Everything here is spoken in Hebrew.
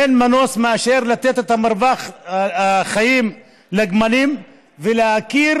אין מנוס מלתת את מרווח החיים לגמלים ולהכיר